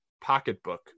pocketbook